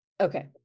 Okay